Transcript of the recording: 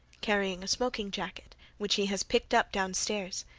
carrying a smoking jacket which he has picked up downstairs.